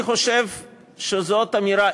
אני חושב שזאת אמירה,